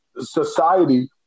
society